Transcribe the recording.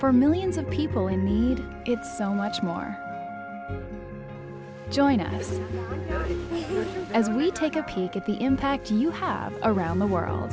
for millions of people in it so much more join us as we take a peek at the impact you have around the world